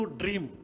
dream